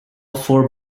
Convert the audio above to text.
four